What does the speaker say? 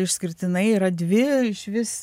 išskirtinai yra dvi išvis